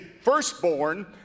firstborn